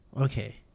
Okay